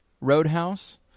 Roadhouse